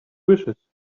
wishes